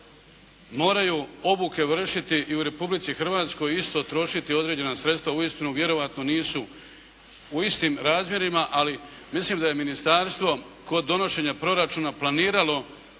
moraju obuke vršiti i u Republici Hrvatskoj isto trošiti određena sredstva, uistinu vjerojatno nisu u istim razmjerima, ali mislim da je ministarstvo kod donošenja proračuna planiralo